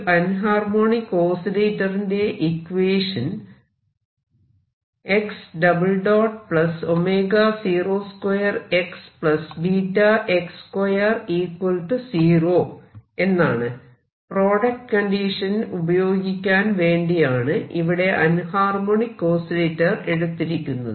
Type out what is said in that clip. ഒരു അൻഹർമോണിക് ഓസിലേറ്ററിന്റെ equation product condition ഉപയോഗിക്കാൻ വേണ്ടിയാണ് ഇവിടെ അൻഹർമോണിക് ഓസിലേറ്റർ എടുത്തിരിക്കുന്നത്